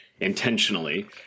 Intentionally